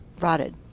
rotted